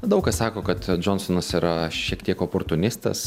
daug kas sako kad džonsonas yra šiek tiek oportunistas